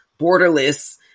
borderless